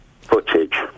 footage